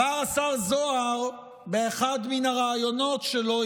אמר השר זוהר באחד מן הראיונות שלו,